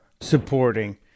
supporting